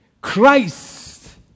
Christ